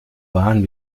waren